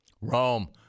Rome